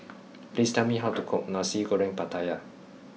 please tell me how to cook Nasi Goreng Pattaya